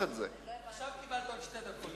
עכשיו קיבלת עוד שתי דקות.